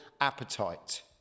appetite